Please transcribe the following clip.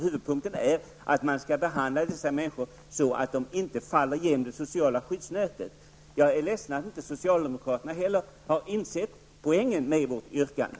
Huvudpunkten är att man skall behandla dessa människor så att de inte faller igenom det sociala skyddsnätet. Jag är ledsen över att socialdemokraterna inte har insett poängen med vårt yrkande.